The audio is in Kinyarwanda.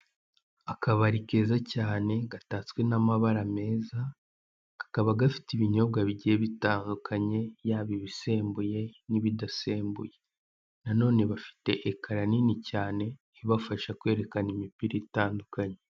Akabari keza cyane, gatatswe n'amabara meza, kakaba gafite ibinyobwa bigiye bitandukanye, yaba ibisembuye, n'ibidasembuye. Na none bafite ekara nini cyane, ibafasha kwerekana imipira itandukanye.